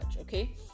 okay